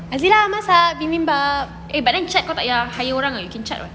eh but then cat kau tak payah hire orang [tau] you can cat [what]